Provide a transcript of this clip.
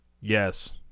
Yes